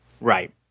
Right